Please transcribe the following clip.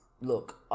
look